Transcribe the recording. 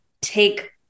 take